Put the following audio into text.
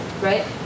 right